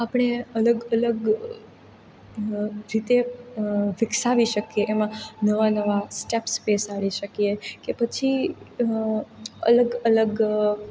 આપણે અલગ અલગ રીતે વિકસાવી શકીએ જેમાં નવા નવા સ્ટેપ્સ બેસાડી શકીએ કે પછી અલગ અલગ